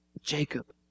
Jacob